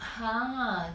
!huh!